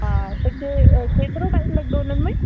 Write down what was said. हा त के अ केतिरो टाइम लगंदो हुनमें